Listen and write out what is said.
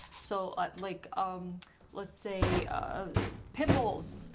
so like um let's say ah pimples!